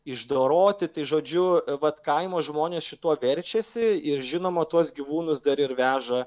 išdoroti tai žodžiu vat kaimo žmonės šituo verčiasi ir žinoma tuos gyvūnus dar ir veža